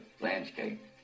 landscape